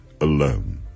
alone